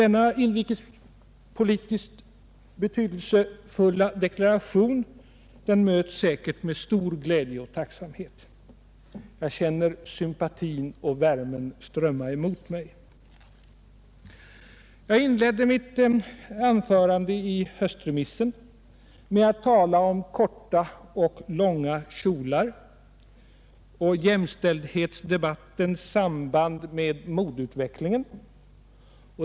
Denna inrikespolitiskt betydelsefulla deklaration möts säkert med stor glädje och tacksamhet — jag känner sympatin och värmen strömma emot mig! Jag inledde mitt anförande i höstremissen med att tala om korta och långa kjolar och jämställdhetsdebattens samband med modeutvecklingen.